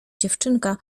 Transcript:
dziewczynka